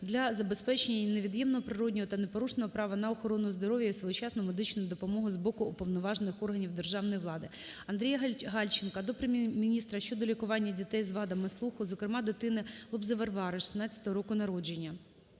для забезпечення їй невід'ємного природного та непорушного права на охорону здоров'я і своєчасну медичну допомогу з боку уповноважених органів державної влади. Андрія Гальченка до Прем'єр-міністра щодо лікування дітей з вадами слуху, зокрема дитини, Лобзи Варвари, 2016 року народження.